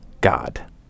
God